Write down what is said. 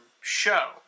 show